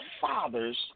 fathers